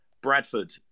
Bradford